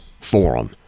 forum